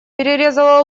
перерезала